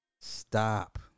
stop